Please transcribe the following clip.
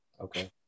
Okay